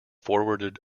forwarded